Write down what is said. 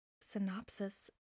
synopsis